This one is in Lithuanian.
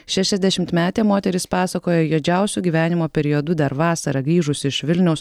šešiasdešimtmetė moteris pasakojo juodžiausiu gyvenimo periodu dar vasarą grįžus iš vilniaus